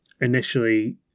initially